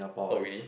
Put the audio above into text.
or we